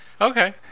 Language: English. okay